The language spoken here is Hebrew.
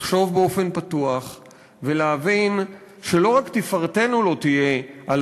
לחשוב באופן פתוח ולהבין שלא רק שתפארתנו לא תהיה על